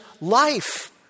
life